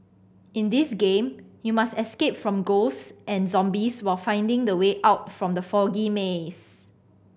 in this game you must escape from ghosts and zombies while finding the way out from the foggy maze